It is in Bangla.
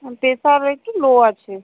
প্রেশার একটু লো আছে